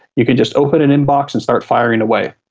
you can just open an inbox and start firing away.